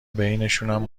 بینشونم